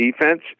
defense